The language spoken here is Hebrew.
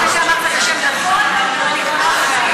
אחרי שאמרת את השם נכון, אני לא אפריע לך.